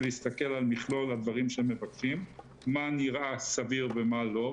ולהסתכל על מכלול הדברים שהם מבקשים - מה נראה סביר ומה לא,